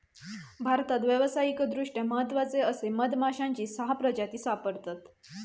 भारतात व्यावसायिकदृष्ट्या महत्त्वाचे असे मधमाश्यांची सहा प्रजाती सापडतत